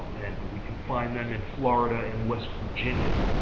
and we can find them in florida and west virginia.